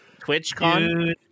TwitchCon